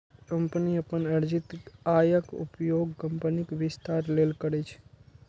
company अपन अर्जित आयक उपयोग कंपनीक विस्तार लेल करै छै